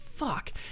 fuck